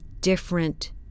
different